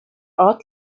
ort